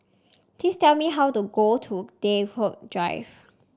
please tell me how to go to Draycott Drive